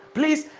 Please